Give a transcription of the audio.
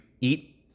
eat